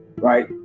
right